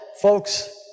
folks